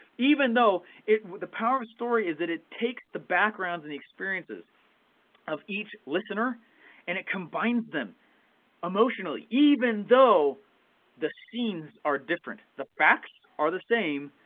even though the power of story is that it takes the backgrounds and the experiences of each listener and it combines them emotionally even though the scenes are different. the facts are the same,